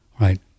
right